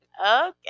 Okay